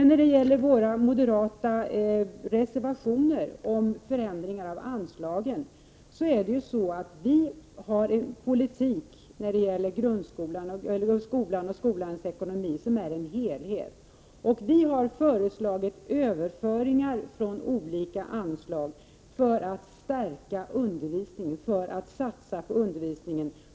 När det gäller våra moderata reservationer om förändringar av anslagen är det så, att vi har en politik för skolan och dess ekonomi som är en helhet. Vi har föreslagit överföringar från olika anslag för att stärka undervisningen.